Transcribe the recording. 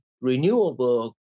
renewable